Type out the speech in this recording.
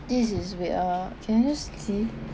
this is wait ah can I just see